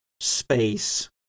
space